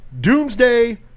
Doomsday